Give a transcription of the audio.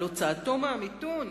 על הוצאתו מהמיתון.